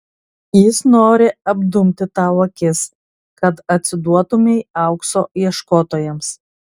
jis nori apdumti tau akis kad atsiduotumei aukso ieškotojams